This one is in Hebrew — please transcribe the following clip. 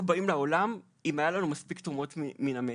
באות לעולם אם היו לנו מספיק תרומות מן המת,